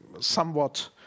somewhat